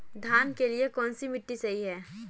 धान के लिए कौन सी मिट्टी सही है?